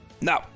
No